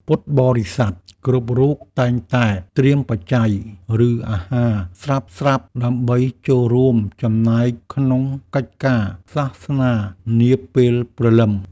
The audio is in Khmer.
ពុទ្ធបរិស័ទគ្រប់រូបតែងតែត្រៀមបច្ច័យ ឬអាហារស្រាប់ៗដើម្បីចូលរួមចំណែកក្នុងកិច្ចការសាសនានាពេលព្រលឹម។